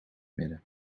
midden